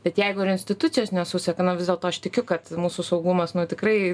bet jeigu ir institucijos nesuseka nu vis dėlto aš tikiu kad mūsų saugumas tikrai